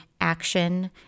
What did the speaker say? action